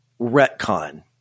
retcon